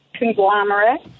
Conglomerate